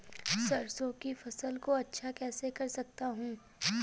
सरसो की फसल को अच्छा कैसे कर सकता हूँ?